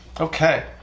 Okay